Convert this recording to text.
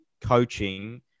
coaching